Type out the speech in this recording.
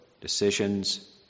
decisions